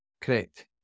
Correct